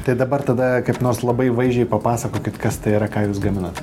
tai dabar tada kaip nors labai vaizdžiai papasakokit kas tai yra ką jūs gaminat